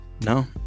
No